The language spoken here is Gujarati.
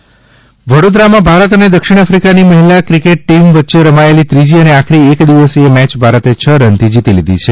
મહિલા ક્રિકેટ વડોદરામાં ભારત અને દક્ષિણ આફ્રિકાની મહીલા ક્રિકેટ ટીમ વચ્ચે રમાયેલી ત્રીજી અને આખરી એક દિવસીય મેચ ભારતે છ રનથી જીતી લીધી છે